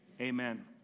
Amen